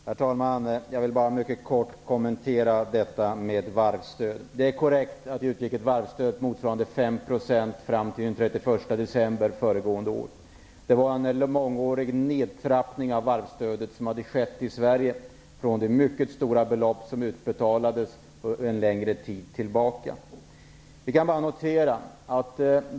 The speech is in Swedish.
Herr talman! Jag vill bara mycket kort kommentera detta med varvsstöd. Det är korrekt att det utgick ett varvsstöd motsvarande 5 % fram till den 31 december föregående år. Det har skett en mångårig nedtrappning av varvsstödet i Sverige från de mycket stora belopp som utbetalades längre tillbaka i tiden.